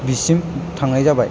बिसिम थांनाय जाबाय